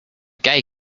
gay